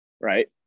right